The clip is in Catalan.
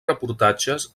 reportatges